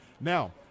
Now